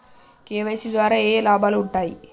KYC ద్వారా ఏఏ లాభాలు ఉంటాయి?